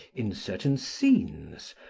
in certain scenes,